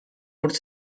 would